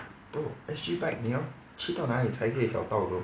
bro S_G bike 你要去到那里才可以找到 though